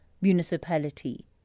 municipality